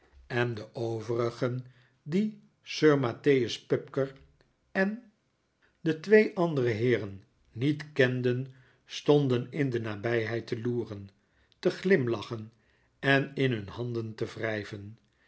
en de overigen die sir mattheus pupker en de twee andere heeren niet kenden stonden in de nabijheid te loeren te glimlachen en in hun handen te wrijven